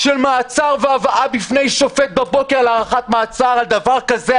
של מעצר והבאה בפני שופט בבוקר להארכת מעצר על דבר כזה,